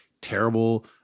terrible